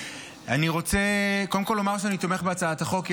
אני רוצה קודם כול לומר שאני תומך בהצעת החוק.